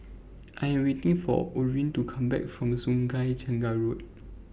I Am waiting For Orrin to Come Back from Sungei Tengah Road